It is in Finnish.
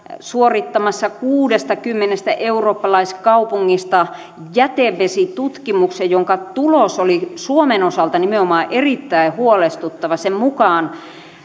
suorittamassa kuudestakymmenestä eurooppalaiskaupungista jätevesitutkimuksen jonka tulos oli nimenomaan suomen osalta erittäin huolestuttava sen mukaan